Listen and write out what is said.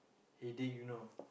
headache you know